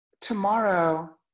Tomorrow